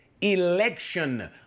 election